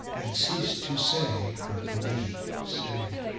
and ceased to say her permitted say.